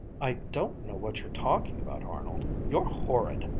i don't know what you're talking about, arnold. you're horrid!